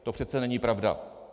To přece není pravda.